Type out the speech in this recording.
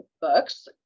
books